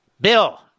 Bill